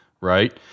right